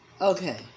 okay